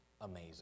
amazing